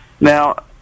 Now